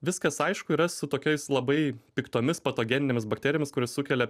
viskas aišku yra su tokiais labai piktomis patogeninėmis bakterijomis kurios sukelia